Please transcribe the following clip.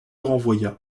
renvoya